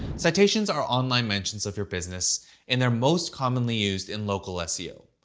citations are online mentions of your business and they're most commonly used in local ah seo.